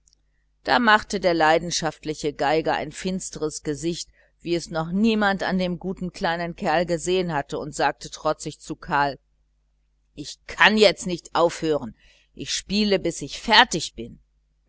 da machte der leidenschaftliche geiger ein finsteres gesicht wie es noch niemand an dem guten kleinen kerl gesehen hatte und sagte trutzig zu karl ich kann jetzt nicht aufhören ich spiele bis ich fertig bin